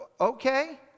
Okay